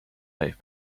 have